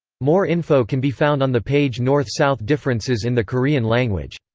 more info can be found on the page north-south differences in the korean language.